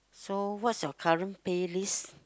so what's your current play list